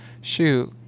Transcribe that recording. shoot